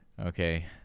Okay